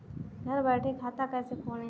घर बैठे खाता कैसे खोलें?